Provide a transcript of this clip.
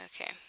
Okay